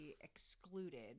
excluded